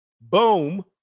Boom